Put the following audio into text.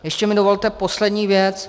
Ještě mi dovolte poslední věc.